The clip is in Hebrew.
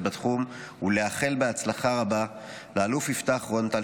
בתחום ולאחל הצלחה רבה לאלוף יפתח רון טל,